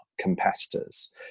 competitors